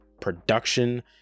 production